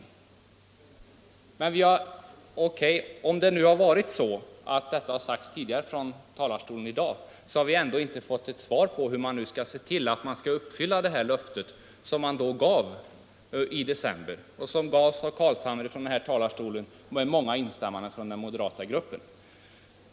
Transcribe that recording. Även-om detta har omnämnts från talarstolen tidigare i dag, så har vi ändå inte fått ett svar på hur man skall uppfylla löftet som gavs i december, det löfte som gavs av herr Carlshamre från den här talarstolen med många instämmanden från den moderata gruppen.